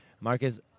Marcus